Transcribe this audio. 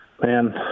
Man